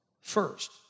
First